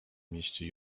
mieście